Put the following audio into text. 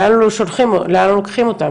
לאן לוקחים אותה?